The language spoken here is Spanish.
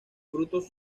frutos